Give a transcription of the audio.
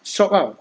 shock ah